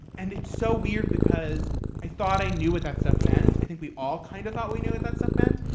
and it's so weird because i thought i knew what that stuff meant. i think we all kind of thought we knew what that stuff meant.